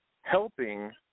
helping